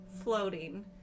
floating